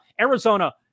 Arizona